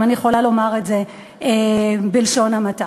אם אני יכולה לומר את זה בלשון המעטה.